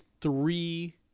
three